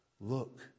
look